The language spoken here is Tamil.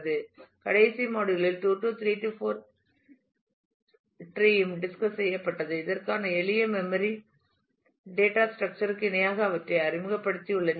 கடைசி மாடியுல் இல் 2 3 4 டிரீம் டிஸ்கஸ் செய்யப்பட்டது இதற்கான எளிய மெம்மரி டேட்டா ஸ்ட்ரக்சர் ற்கு இணையாக அவற்றை அறிமுகப்படுத்தியுள்ளேன்